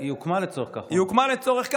היא הוקמה לצורך זה.